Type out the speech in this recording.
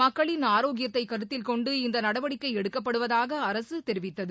மக்களின் ஆரோக்கியத்தை கருத்தில் கொண்டு இந்த நடவடிக்கை எடுக்கப்படுவதாக அரசு தெரிவித்தது